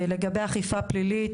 לגבי אכיפה פלילית,